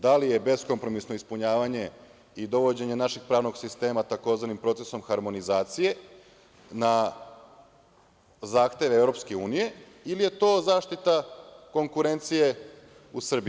Da li je beskompromisno ispunjavanje i dovođenje našeg pravnog sistema, tzv. procesom harmonizacije na zahteve EU ili je to zaštita konkurencije u Srbiji?